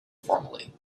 formally